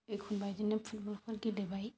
एखनबा बिदिनो फुटबलफोर गेलेबाय